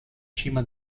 cima